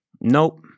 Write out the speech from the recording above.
nope